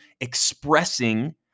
expressing